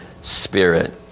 spirit